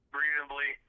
reasonably